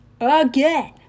again